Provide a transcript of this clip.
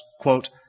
quote